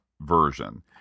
version